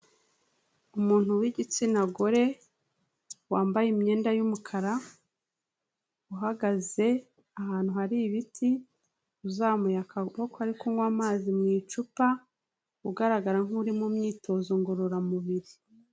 Umuntu w'igitsina gore, wambaye imyenda y'umukara, uhagaze ahantu hari ibiti, uzamuye akaboko ari kunywa amazi mu icupa, ugaragara nkuri mu myitozo ngororamubiri.